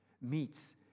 Meets